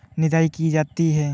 निदाई की जाती है?